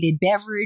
beverage